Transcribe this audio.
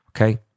okay